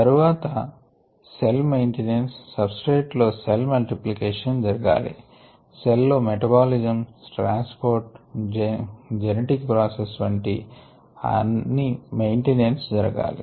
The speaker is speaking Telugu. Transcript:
తర్వాత సెల్ మెయింటైనెన్స్ సబ్స్ట్రేట్ లో సెల్ మల్టిప్లికేషన్ జరగాలి సెల్ లో metabolism transport genetic process వంటి అన్ని మెయింటైనెన్స్ జరగాలి